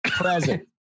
present